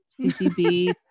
CCB